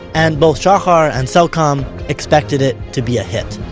and both shahar and cellcom expected it to be a hit.